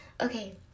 Okay